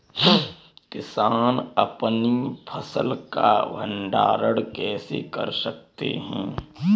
किसान अपनी फसल का भंडारण कैसे कर सकते हैं?